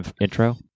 intro